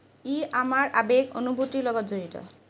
ই আমাৰ আৱেগ অনুভুতিৰ লগত জড়িত